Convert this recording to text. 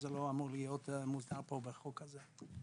וזה לא אמור להיות מוסדר פה בחוק הזה.